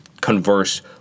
converse